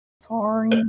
Sorry